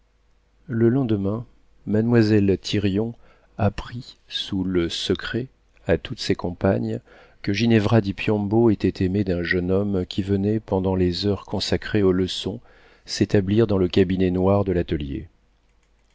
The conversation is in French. le lendemain mademoiselle thirion apprit sous le secret à toutes ses compagnes que ginevra di piombo était aimée d'un jeune homme qui venait pendant les heures consacrées aux leçons s'établir dans le cabinet noir de l'atelier